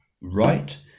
right